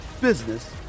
business